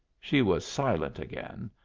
she was silent again.